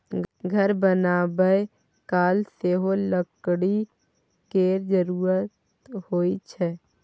घर बनाबय काल सेहो लकड़ी केर जरुरत होइ छै